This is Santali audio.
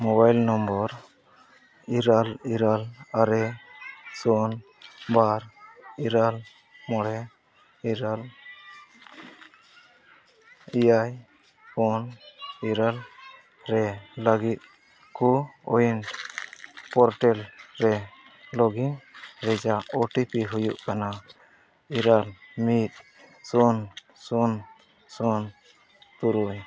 ᱢᱳᱵᱟᱭᱤᱞ ᱱᱚᱢᱚᱵᱚᱨ ᱤᱨᱟᱹᱞ ᱤᱨᱟᱹᱞ ᱟᱨᱮ ᱥᱩᱱ ᱵᱟᱨ ᱤᱨᱟᱹᱞ ᱢᱚᱬᱮ ᱤᱨᱟᱹᱞ ᱮᱭᱟᱱ ᱯᱩᱱ ᱤᱨᱟᱹᱞ ᱨᱮ ᱞᱟᱹᱜᱤᱫ ᱠᱳ ᱩᱭᱤᱱ ᱯᱨᱳᱴᱮᱞ ᱨᱮ ᱞᱚᱜᱤᱱ ᱨᱮᱭᱟᱜ ᱳ ᱴᱤ ᱯᱤ ᱦᱩᱭᱩᱜ ᱠᱟᱱᱟ ᱤᱨᱟᱹᱞ ᱢᱤᱫ ᱥᱩᱱ ᱥᱩᱱ ᱥᱩᱱ ᱛᱩᱨᱩᱭ